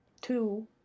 two